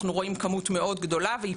אנחנו רואים כמות מאוד גדולה והיא